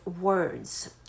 words